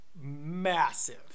massive